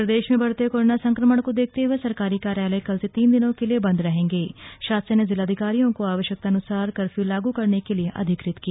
और प्रदेश में बढ़ते कोरोना संक्रमण को देखते हुए सरकारी कार्यालय कल से तीन दिनों के लिए बन्द रहेगें शासन ने जिलाधिकारियों को आवश्यकतानुसार कफ्यू लागू करने के लिए अधिकृत किया